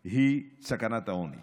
ישבו בכלא והענישו אותם.